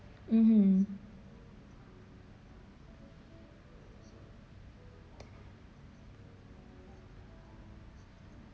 mm